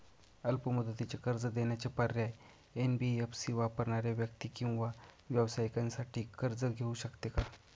अल्प मुदतीचे कर्ज देण्याचे पर्याय, एन.बी.एफ.सी वापरणाऱ्या व्यक्ती किंवा व्यवसायांसाठी कर्ज घेऊ शकते का?